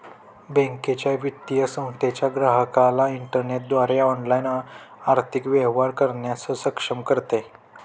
बँकेच्या, वित्तीय संस्थेच्या ग्राहकाला इंटरनेटद्वारे ऑनलाइन आर्थिक व्यवहार करण्यास सक्षम करते